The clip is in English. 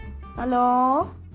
Hello